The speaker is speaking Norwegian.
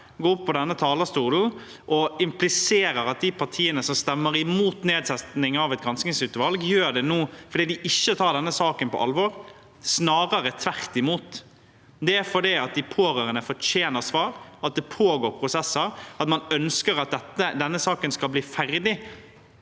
går opp på denne talerstolen og impliserer at de partiene som stemmer mot nedsetting av et granskningsutvalg, gjør det fordi de ikke tar denne saken på alvor. Snarere tvert imot – det er fordi de pårørende fortjener svar, at det pågår prosesser, og man ønsker at denne saken skal bli ferdig.